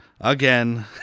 again